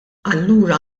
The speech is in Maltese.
allura